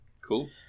Cool